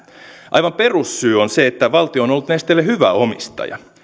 aivan perussyy on se että valtio on ollut nesteelle hyvä omistaja